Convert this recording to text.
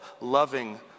loving